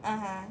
(uh huh)